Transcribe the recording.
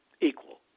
Equal